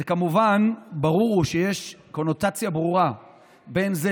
כמובן ברור שיש קורלציה ברורה בין זה